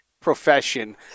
profession